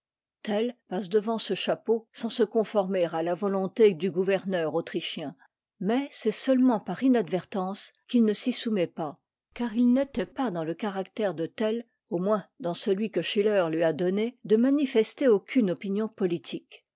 tell passe'devant ce chapeau sans se conformer à la volonté du gouverneur autrichien mais c'est seulement par inadvertance qu'il ne s'y soumet pas car il n'était pas dans le caractère de tell au moins dans celui que schiller lui a donné de manifester aucune opinion politique